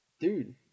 Dude